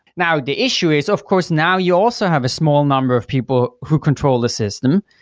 now the issue is of course, now you also have a small number of people who control the system.